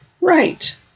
Right